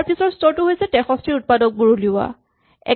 ইয়াৰ পিছৰ স্তৰটো হৈছে ৬৩ ৰ উৎপাদকবোৰ উলিওৱাটো